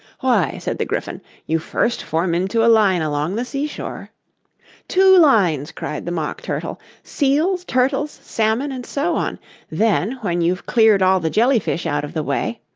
why, said the gryphon, you first form into a line along the sea-shore two lines cried the mock turtle. seals, turtles, salmon, and so on then, when you've cleared all the jelly-fish out of the way